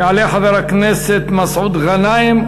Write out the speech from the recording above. יעלה חבר הכנסת מסעוד גנאים,